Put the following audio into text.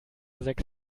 sechs